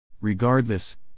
Regardless